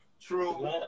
true